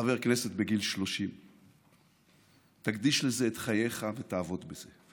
חבר כנסת בגיל 30. תקדיש לזה את חייך ותעבוד בזה.